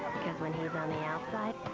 because when he's on the outside,